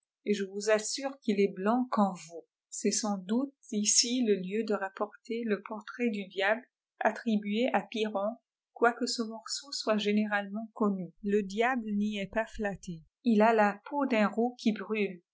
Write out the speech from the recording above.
et je vous assure qu'il est blanccomme vous c'est sans doute ici le lieu de rapporter le portrait du diable attribué à piron quoique ce morceau soit généralement connu le diable n y est pas flatté il a la peau d'un rôt qui brâle